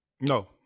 No